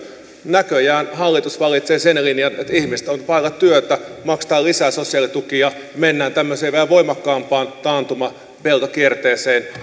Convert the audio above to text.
näköjään hallitus valitsee sen linjan että ihmiset ovat vailla työtä maksetaan lisää sosiaalitukia mennään tämmöiseen vielä voimakkaampaan taantumavelkakierteeseen